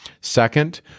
Second